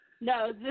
no